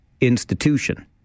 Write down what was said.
institution